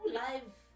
live